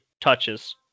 touches